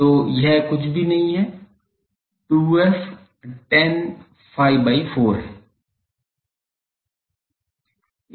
तो यह कुछ भी नहीं है 2f tan phi by 4 है